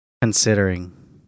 Considering